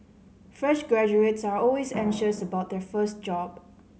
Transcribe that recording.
fresh graduates are always anxious about their first job